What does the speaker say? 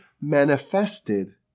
manifested